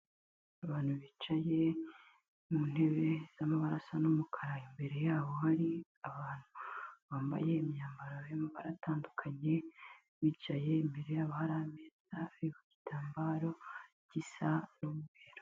Abantu bicaye mu ntebe z'amabara asa n'umukara, imbere yabo hari abantu bambaye imyambaro y'amabara atandukanye, bicaye imbere yabo hari ameza hafi ku gitambaro gisa n'umweru.